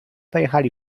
pojechali